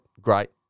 great